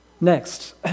Next